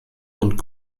und